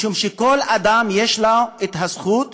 משום שכל אדם יש לו זכות